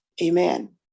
amen